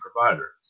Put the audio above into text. provider